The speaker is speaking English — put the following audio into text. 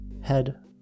head